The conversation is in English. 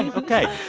and ok?